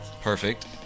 Perfect